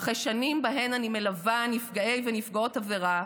אחרי שנים שבהן אני מלווה נפגעי ונפגעות עבירה,